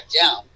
down